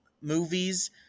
movies